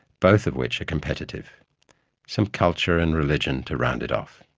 both of which are competitive some culture and religion to round it off.